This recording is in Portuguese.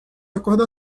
acordar